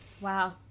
Wow